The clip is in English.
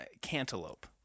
cantaloupe